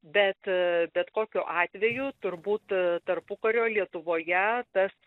bet bet kokiu atveju turbūt tarpukario lietuvoje tas